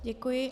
Děkuji.